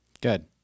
Good